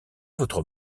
votre